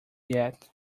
yet